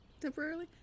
temporarily